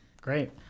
Great